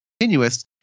continuous